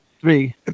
Three